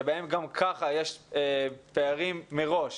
שבהן גם ככה יש פערים מראש,